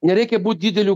nereikia būt dideliu